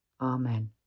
Amen